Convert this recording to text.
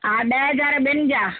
हा ॾह हज़ार ॿिनि जा